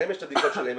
להם יש את הבדיקות שלהם,